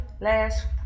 last